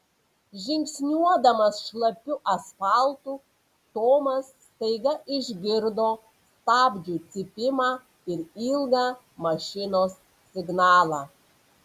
žingsniuodamas šlapiu asfaltu tomas staiga išgirdo stabdžių cypimą ir ilgą mašinos signalą